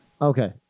Okay